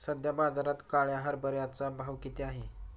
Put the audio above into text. सध्या बाजारात काळ्या हरभऱ्याचा भाव किती आहे?